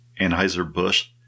Anheuser-Busch